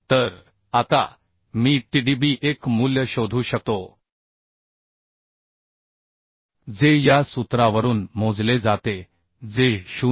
तर आता मी t d b 1 मूल्य शोधू शकतो जे या सूत्रावरून मोजले जाते जे 0